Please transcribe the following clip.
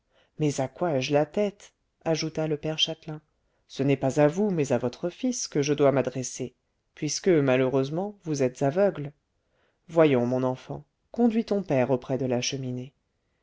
mais à quoi ai-je la tête ajouta le père châtelain ce n'est pas à vous mais à votre fils que je dois m'adresser puisque malheureusement vous êtes aveugle voyons mon enfant conduis ton père auprès de la cheminée